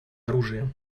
оружием